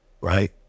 right